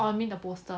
orh you mean the poster